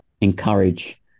encourage